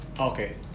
okay